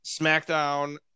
SmackDown